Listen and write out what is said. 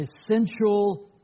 essential